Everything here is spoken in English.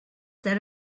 that